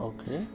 Okay